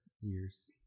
years